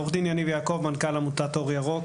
עו"ד יניב יעקב, מנכ"ל עמותת אור ירוק.